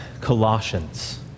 Colossians